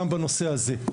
גם בנושא הזה,